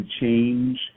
change